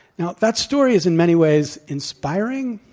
now, that story is in many ways inspiring,